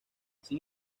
sin